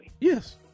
Yes